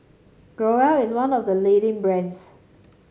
Growell is one of the leading brands